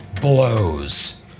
blows